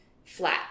flat